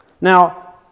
Now